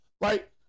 Right